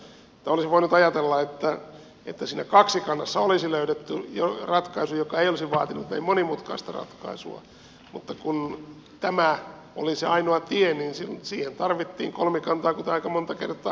olisi voinut ajatella että siinä kaksikannassa olisi jo löydetty ratkaisu joka ei olisi vaatinut niin monimutkaista ratkaisua mutta kun tämä oli se ainoa tie niin siihen tarvittiin kolmikantaa kuten aika monta kertaa muulloinkin